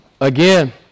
Again